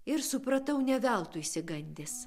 ir supratau ne veltui išsigandęs